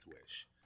Wish